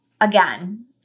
again